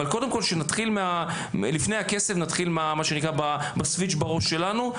אבל קודם כול לפני הכסף שנתחיל בסוויץ' בראש שלנו.